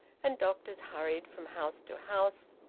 and doctors hurried from house to house,